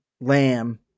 Lamb